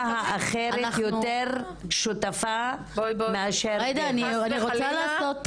האחרת יותר שותפה מאשר --- אני רוצה להזכיר